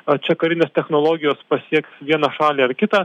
a čia karinės technologijos pasieks vieną šalį ar kitą